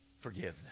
Forgiveness